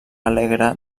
alegre